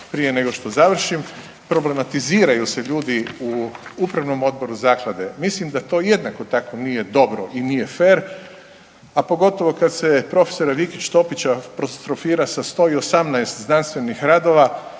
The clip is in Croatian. prije nego što završim. Problematiziraju se ljudi u Upravnom odboru Zaklade. Mislim da to jednako tako nije dobro i nije fer, a pogotovo kada se profesora Vikića Topića …/Govornik se ne razumije./… sa 118 znanstvenih radova